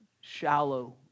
shallow